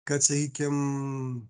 kad sakykim